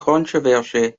controversy